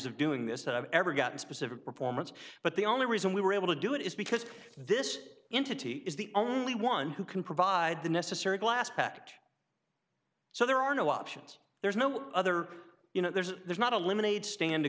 of doing this i've ever gotten specific performance but the only reason we were able to do it is because this entity is the only one who can provide the necessary glass packed so there are no options there's no other you know there's not a limited stand to